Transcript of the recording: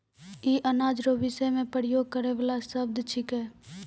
ई अनाज रो विषय मे प्रयोग करै वाला शब्द छिकै